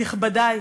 נכבדי,